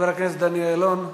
חבר הכנסת דני אילון.